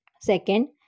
Second